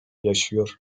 yaşıyor